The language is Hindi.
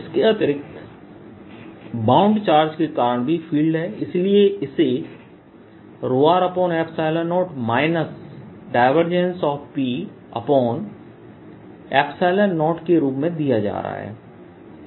इसके अतिरिक्त बाउंड चार्ज के कारण भी फ़ील्ड है इसलिए इसे ρ0 P0 के रूप में दिया जा रहा है